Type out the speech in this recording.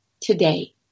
today